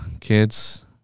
kids